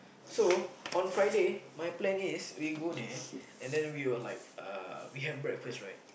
so on Friday my plan is we go there and then we'll like uh we have breakfast right